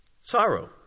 Sorrow